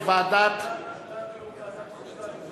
התשע"ב 2011, לדיון מוקדם בוועדת הכנסת נתקבלה.